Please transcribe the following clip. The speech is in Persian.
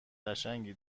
قشنگی